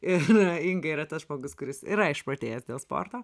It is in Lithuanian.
ir inga yra tas žmogus kuris yra išprotėjęs dėl sporto